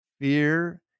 fear